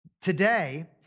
Today